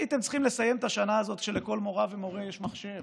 הייתם צריכים לסיים את השנה הזאת כשלכל מורָה ומורֶה יש מחשב,